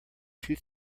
two